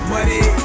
Money